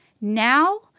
Now